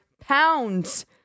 pounds